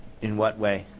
in what way?